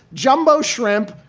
jumbo shrimp,